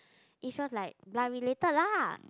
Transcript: if yours like blood related lah